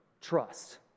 trust